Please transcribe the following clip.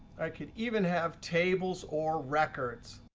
i could even have tables or records.